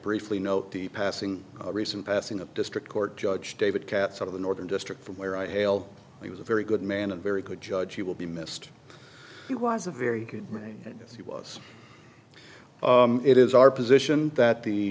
briefly note the passing recent passing a district court judge david katz of the northern district from where i hail he was a very good man a very good judge he will be missed he was a very good man and he was it is our position that the